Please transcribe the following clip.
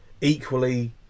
equally